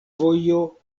vojo